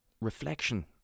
reflection